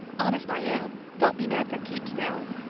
honest i am. don't be mad for keeps, now.